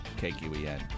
KQEN